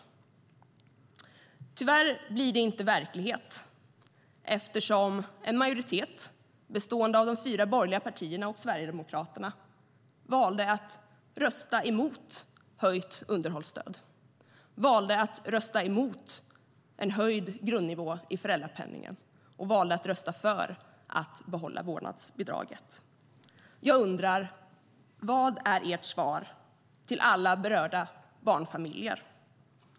Tyvärr blir detta inte verklighet, eftersom en majoritet bestående av de fyra borgerliga partierna och Sverigedemokraterna valde att rösta emot höjt underhållsstöd, emot en höjd grundnivå i föräldrapenningen och för att behålla vårdnadsbidraget. Jag undrar: Vad är ert svar till alla berörda barnfamiljer?